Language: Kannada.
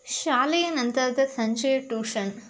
ಶಾಲೆಯ ನಂತರದ ಸಂಜೆಯ ಟೂಷನ್